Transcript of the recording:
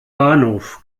bahnhof